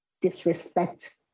disrespect